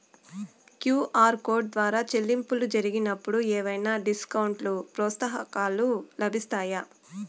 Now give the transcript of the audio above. QR code ద్వారా చెల్లింపులు జరిగినప్పుడు ఏవైనా డిస్కౌంట్ లు, ప్రోత్సాహకాలు లభిస్తాయా?